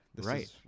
right